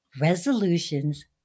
resolutions